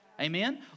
Amen